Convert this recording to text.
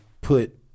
put